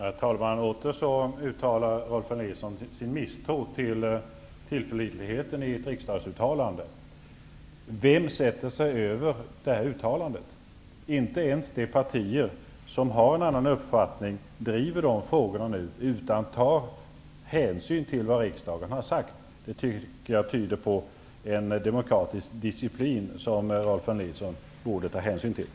Herr talman! Återigen uttalar Rolf L Nilson sin misstro till tillförlitligheten i ett riksdagsuttalande. Vem sätter sig över det här uttalandet? Inte ens de partier som har en annan uppfattning driver nu de frågorna, utan de tar hänsyn till vad riksdagen har sagt. Det tycker jag tyder på en demokratisk disciplin som Rolf L Nilson borde ta hänsyn till.